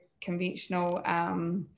conventional